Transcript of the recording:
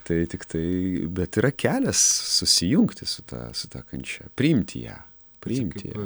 tai tiktai bet yra kelias susijungti su ta su ta kančia priimti ją priimti